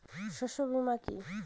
শস্য বীমা কি?